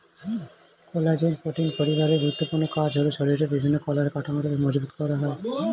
collagen protein পরিবারের গুরুত্বপূর্ণ কাজ হলো শরীরের বিভিন্ন কলার কাঠামোকে মজবুত করা